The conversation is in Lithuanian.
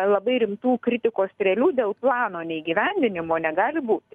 labai rimtų kritikos strėlių dėl plano neįgyvendinimo negali būti